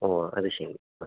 ഓ അതുശരി ആ